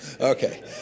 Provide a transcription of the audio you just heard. Okay